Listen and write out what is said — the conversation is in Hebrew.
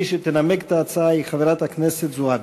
מי שתנמק את ההצעה היא חברת הכנסת זועבי.